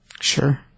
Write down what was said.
Sure